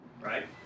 right